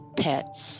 pets